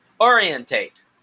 orientate